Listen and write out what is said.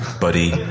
buddy